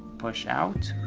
push out.